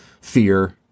fear